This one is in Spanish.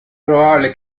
probable